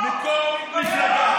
אנחנו העלינו את החוק, אנחנו לא נגד החוק.